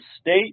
state